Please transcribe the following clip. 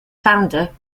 founder